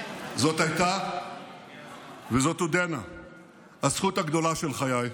זאת הייתה וזאת עודנה הזכות הגדולה של חיי,